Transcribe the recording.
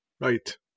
Right